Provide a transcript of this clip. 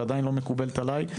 ועדיין לא מקובלת עליי.